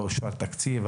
לא אושר תקציב,